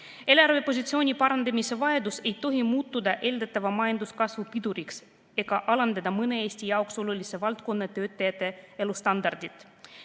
Eelarvepositsiooni parandamise vajadus ei tohi muutuda eeldatava majanduskasvu piduriks ega alandada mõne Eesti jaoks olulise valdkonna töötajate elustandardit.